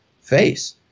face